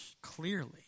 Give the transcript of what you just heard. clearly